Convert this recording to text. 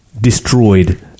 destroyed